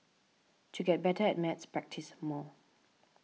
to get better at maths practise more